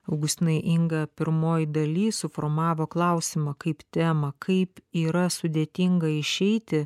augustinai inga pirmoj daly suformavo klausimą kaip temą kaip yra sudėtinga išeiti